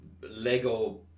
Lego